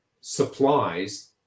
supplies